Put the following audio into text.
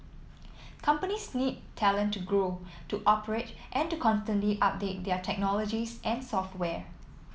companies need talent to grow to operate and to constantly update their technologies and software